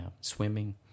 swimming